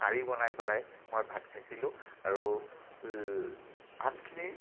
কাৰি বনাই পেলাই মই ভাত খাইছিলোঁ আৰু ভাতখিনি